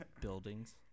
Buildings